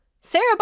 Sarah